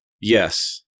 Yes